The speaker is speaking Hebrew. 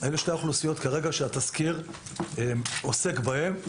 אלה שתי האוכלוסיות שהתזכיר עוסק בהן.